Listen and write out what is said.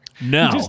No